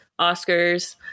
Oscars